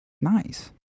Nice